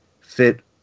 fit